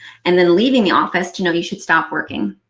and then leaving the office to know you should stop working.